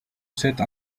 cette